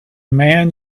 man